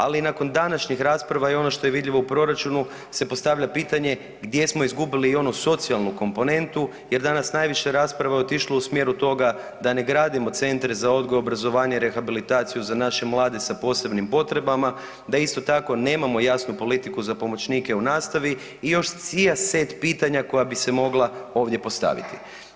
Ali nakon današnjih rasprava i ono što je vidljivo u proračunu se postavlja pitanje gdje smo izgubili i onu socijalnu komponentu jer danas najviše rasprava je otišlo u smjeru toga da ne gradimo centre za odgoj, obrazovanje i rehabilitaciju za naše mlade sa posebnim potrebama, da isto tako nemamo jasnu politiku za pomoćnike u nastavi i još sijaset pitanja koja bi se mogla ovdje postaviti.